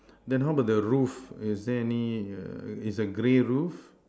then how about the roof is there any err it's a grey roof